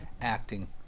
acting